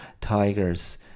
tigers